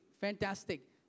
Fantastic